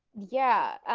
yeah.